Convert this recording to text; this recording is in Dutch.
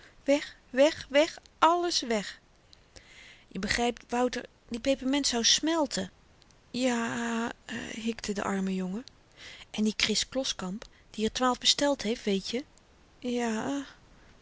weg weg weg alles weg je begrypt wouter die peperment zou smelten ja a a hikte de arme jongen en die kris kloskamp die r twaalf besteld heeft weetje ja